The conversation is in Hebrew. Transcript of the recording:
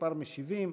כמה משיבים.